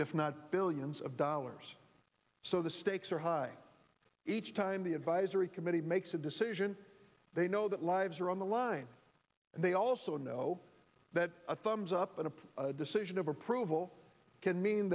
if not billions of dollars so the stakes are high each time the advisory committee makes a decision they know that lives are on the line and they also know that a thumbs up and a decision of approval can mean